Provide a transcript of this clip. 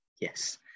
Yes